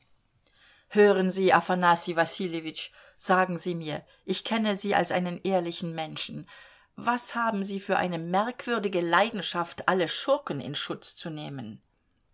hören sie afanassij wassiljewitsch sagen sie mir ich kenne sie als einen ehrlichen menschen was haben sie für eine merkwürdige leidenschaft alle schurken in schutz zu nehmen